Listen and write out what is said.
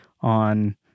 on